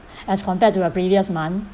as compared to the previous month